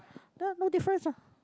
ya no difference what